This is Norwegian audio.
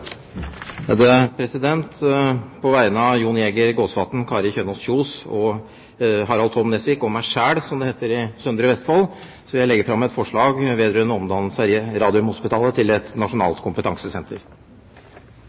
På vegne av Jon Jæger Gåsvatn, Kari Kjønaas Kjos, Harald T. Nesvik og meg selv vil jeg legge fram et forslag om omdannelse av Radiumhospitalet til et